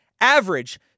average